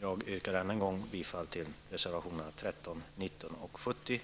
Jag yrkar än en gång bifall till reservationerna 13, 19 och 70.